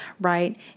right